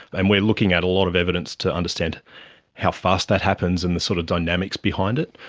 and we are looking at a lot of evidence to understand how fast that happens and the sort of dynamics behind it.